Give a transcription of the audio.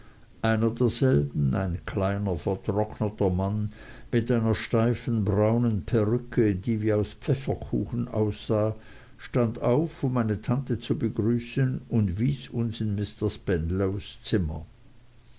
ein kleiner vertrockneter mann mit einer steifen braunen perücke die wie aus pfefferkuchen aussah stand auf um meine tante zu begrüßen und wies uns in mr spenlows zimmer